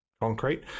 concrete